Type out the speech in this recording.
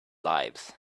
lives